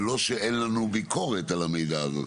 ולא שאין לנו ביקורת על המידע הזה.